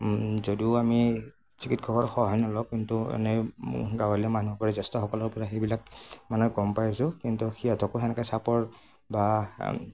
যদিও আমি চিকিৎসকৰ সহায় নলওঁ কিন্তু এনেই গাঁৱলীয়া মানুহৰ জ্যেষ্ঠসকলৰ পৰা সেইবিলাক মানে গম পাইছোঁ কিন্তু সিহঁতকো সেনেকৈ চাপৰ বা